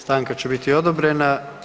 Stanka će biti odobrena.